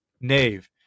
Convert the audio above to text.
Nave